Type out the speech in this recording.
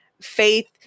Faith